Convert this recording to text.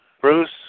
Bruce